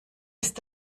ist